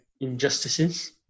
injustices